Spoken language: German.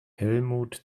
helmut